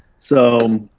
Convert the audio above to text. so,